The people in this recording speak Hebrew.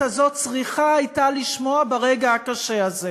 הזאת צריכה הייתה לשמוע ברגע הקשה הזה,